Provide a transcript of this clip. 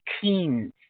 teens